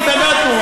התנגדנו,